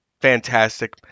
Fantastic